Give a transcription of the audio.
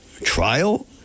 trial